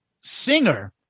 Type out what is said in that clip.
singer